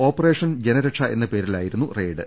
operation Janaraksha എന്ന പേരിലായിരുന്നു raid